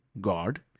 God